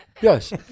Yes